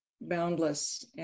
boundless